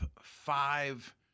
five